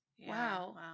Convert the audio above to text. wow